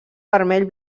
vermell